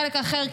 חלק אחר,